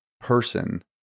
person